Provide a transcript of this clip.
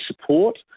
support